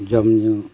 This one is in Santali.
ᱡᱚᱢᱼᱧᱩ